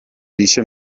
dice